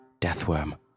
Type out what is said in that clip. deathworm